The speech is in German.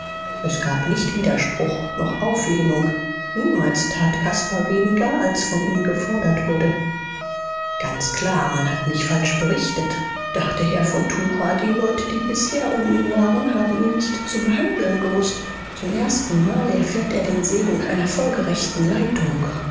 es gab nicht widerspruch noch auflehnung niemals tat caspar weniger als von ihm gefordert wurde ganz klar man hat mich falsch berichtet dachte herr von tucher die leute die bisher um ihn waren haben ihn nicht zu behandeln gewußt zum erstenmal erfährt er den segen einer folgerechten leitung